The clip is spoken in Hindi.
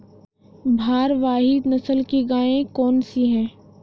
भारवाही नस्ल की गायें कौन सी हैं?